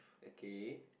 okay